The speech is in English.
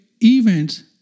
events